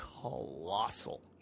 colossal